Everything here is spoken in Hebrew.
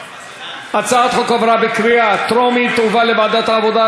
הצעת החוק עברה בקריאה טרומית ותועבר לוועדת העבודה,